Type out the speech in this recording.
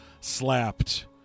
slapped